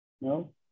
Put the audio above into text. No